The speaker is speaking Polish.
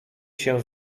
się